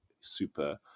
super